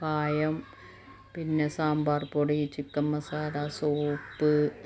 കായം പിന്നെ സാമ്പാർ പൊടി ചിക്കൻ മസാല സോപ്പ്